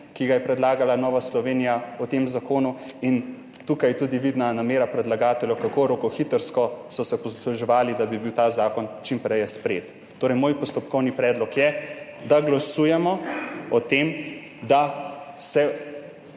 ki ga je predlagala Nova Slovenija o tem zakonu, in tukaj je tudi vidna namera predlagateljev, kako rokohitrsko so se posluževali, da bi bil ta zakon čim prej sprejet. Moj postopkovni predlog je, da glasujemo o tem, da se